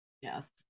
Yes